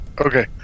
okay